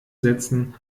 sätzen